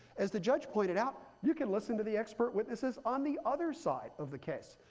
as the judge pointed out, you can listen to the expert witnesses on the other side of the case.